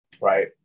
Right